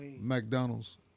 McDonald's